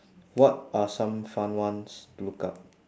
what are some fun ones to look up